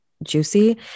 juicy